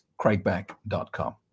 craigback.com